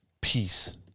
peace